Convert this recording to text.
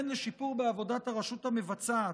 וכן לשיפור בעבודת הרשות המבצעת,